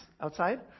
outside